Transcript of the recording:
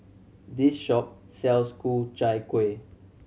this shop sells Ku Chai Kuih